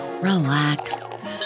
relax